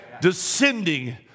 Descending